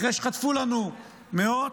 אחרי שחטפו לנו מאות,